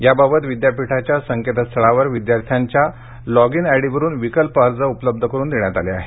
याबाबत विद्यापीठाच्या संकेतस्थळावर विद्यार्थ्यांच्या लॉग इन आय डी वरून विकल्प अर्ज उपलब्ध करून देण्यात आले आहेत